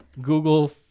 Google